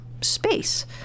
space